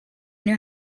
know